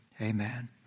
Amen